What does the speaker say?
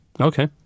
Okay